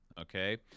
Okay